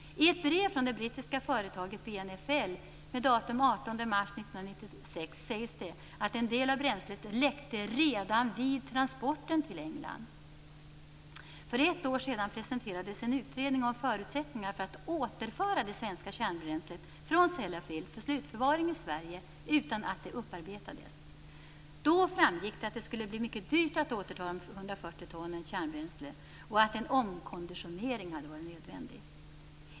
I ett brev från det brittiska företaget BNFL daterat den 18 mars 1996 sägs det att en del av bränslet läckte redan vid transporten till För ett år sedan presenterades en utredning om förutsättningarna för att återföra det svenska kärnbränslet från Sellafield för slutförvaring i Sverige utan att det upparbetades. Då framgick det att det skulle bli mycket dyrt att återta dessa 140 ton kärnbränsle och att en omkonditionering hade varit nödvändig.